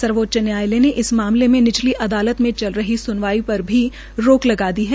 सर्वोच्च न्यायालय ने इस मामले में निचली अदालत में चल रही सुनवाई पर भी रोक लगा दी है